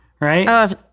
right